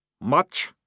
Much